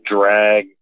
drag